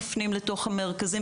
מפנים למרכזים.